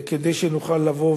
כדי שנוכל לבוא